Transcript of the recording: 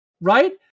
Right